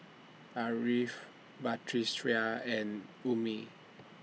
Ariff Batrisya and Ummi